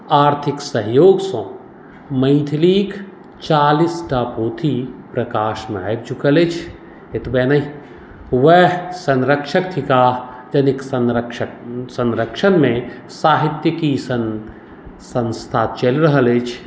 आर्थिक सहयोगसँ मैथिलीक चालीस टा पोथी प्रकाशमे आबि चुकल अछि एतबे नहि उएह संरक्षक थिकाह जनिक संरक्षक संरक्षणमे साहित्यिकी सन संस्था चलि रहल अछि